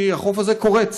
כי החוף הזה קורץ,